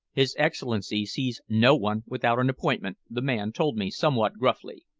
his excellency sees no one without an appointment, the man told me somewhat gruffly.